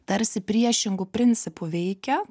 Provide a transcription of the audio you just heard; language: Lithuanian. tarsi priešingu principu veikia